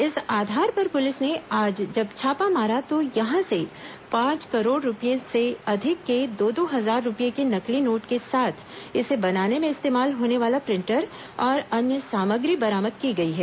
इस आधार पर पुलिस ने आज जब छापा मारा तो यहां से पांच करोड़ रूपए से अधिक के दो दो हजार रूपए के नकली नोट के साथ इसे बनाने में इस्तेमाल होने वाला प्रिंटर और अन्य सामग्री बरामद की गई है